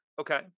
Okay